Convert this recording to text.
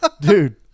dude